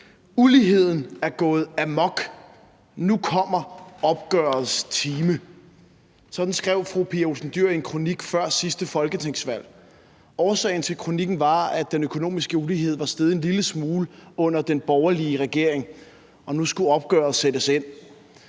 Uligheden er gået amok. Nu kommer opgørets time. Sådan skrev fru Pia Olsen Dyhr i en kronik før sidste folketingsvalg. Årsagen til kronikken var, at den økonomiske ulighed var steget en lille smule under den borgerlige regering, og nu skulle opgøret sættes ind.